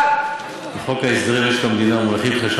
1%. חוק ההסדרים במשק המדינה מרחיב גם